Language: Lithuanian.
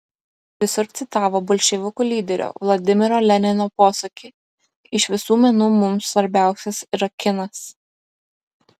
visur citavo bolševikų lyderio vladimiro lenino posakį iš visų menų mums svarbiausias yra kinas